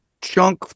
chunk